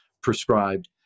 prescribed